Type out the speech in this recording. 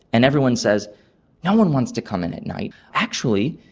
and everyone says no one wants to come in at night. actually,